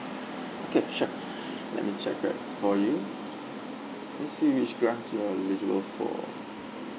okay sure let me check that for you let's see which grants you're eligible for